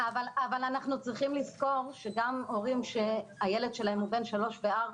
אנחנו צריכים לזכור שגם הורים שהילד שלהם הוא בן 3 ו-4